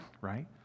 right